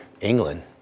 England